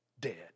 dead